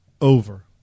over